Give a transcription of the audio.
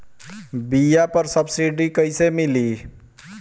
बीया पर सब्सिडी कैसे मिली?